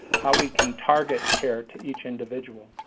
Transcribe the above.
how we can target care to each individual.